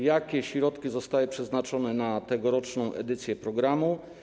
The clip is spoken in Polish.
Jakie środki zostały przeznaczone na tegoroczną edycję programu?